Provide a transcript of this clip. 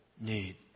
need